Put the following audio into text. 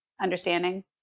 understanding